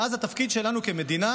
ואז התפקיד שלנו כמדינה